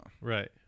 Right